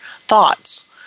thoughts